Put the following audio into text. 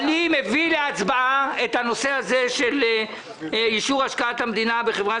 מביא להצבעה את הנושא הזה של אישור השקעת המדינה בחברת